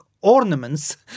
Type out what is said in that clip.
ornaments